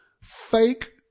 fake